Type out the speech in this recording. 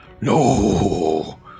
No